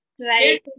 Right